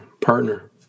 partner